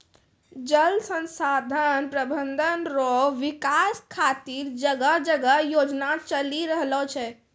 जल संसाधन प्रबंधन रो विकास खातीर जगह जगह योजना चलि रहलो छै